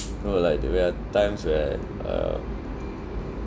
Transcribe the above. you know like there where are times where um